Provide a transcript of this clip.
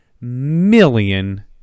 million